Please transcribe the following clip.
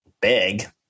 big